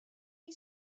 chi